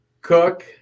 Cook